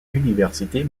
universités